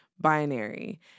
binary